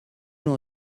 know